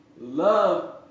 Love